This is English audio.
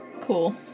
Cool